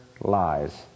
lies